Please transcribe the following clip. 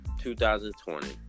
2020